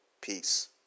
Peace